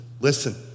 listen